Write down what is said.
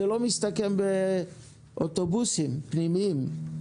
זה לא מסתכם באוטובוסים פנימיים.